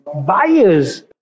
buyers